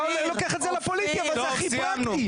אתה אולי לוקח את זה לפוליטי, אבל זה הכי פרקטי.